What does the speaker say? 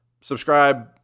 subscribe